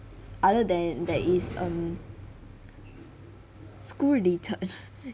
other than that is um school related